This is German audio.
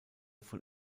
von